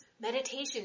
Meditation